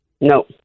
No